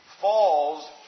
falls